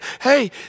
hey